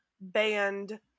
Band